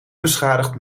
beschadigd